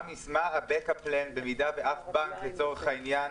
מה תוכנית הגיבוי במידה שאף בנק, לצורך העניין,